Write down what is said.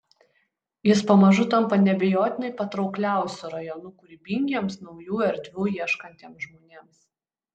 jis pamažu tampa neabejotinai patraukliausiu rajonu kūrybingiems naujų erdvių ieškantiems žmonėms